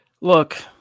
Look